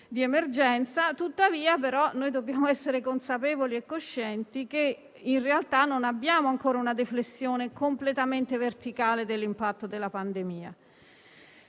di emergenza. Tuttavia, dobbiamo essere consapevoli e coscienti che in realtà non abbiamo ancora una deflessione completamente verticale dell'impatto della pandemia.